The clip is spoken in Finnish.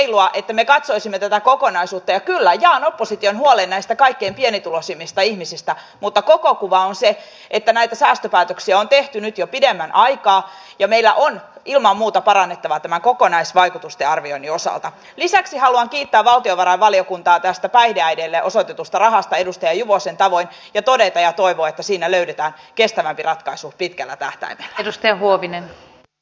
illan pimeinä toisin etelä kokonaisuutena kyllä jaan opposition huolen näistä kaikkein pienituloisimmista ihmisistä mutta kuitenkin ehkä ollut se että näitä säästöpäätöksiä on tehty nyt jo pidemmän aikaa ja meillä on ilman muuta parannettavaa kokonaisvaikutusten arvioinnin osalta lisäksi haluan kiittää valtiovarainvaliokuntaa tästä päihdeäideille osoitetusta rahoituksen jakautumisesta eri momenttien välille ja nuorisotakuun yhteenlasketuista leikkauksista on ollut todella hankalaa saada todenmukaista paikkansapitävää tietoa